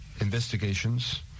investigations